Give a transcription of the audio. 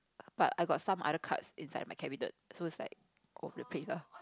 but I got some other cards inside my cabinet so it's like all over the place lah